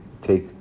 take